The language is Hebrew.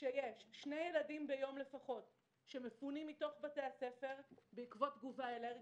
שיש שני ילדים ביום לפחות שמפונים מתוך בתי הספר בעקבות תגובה אלרגית.